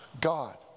God